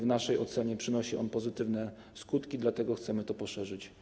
W naszej ocenie przynosi on pozytywne skutki, dlatego chcemy to poszerzyć.